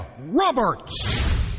Roberts